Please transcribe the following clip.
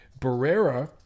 Barrera